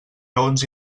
raons